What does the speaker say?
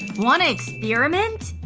wanna experiment?